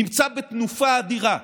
נמצא בתנופה אדירה.